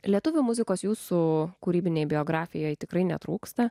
lietuvių muzikos jūsų kūrybinėje biografijoje tikrai netrūksta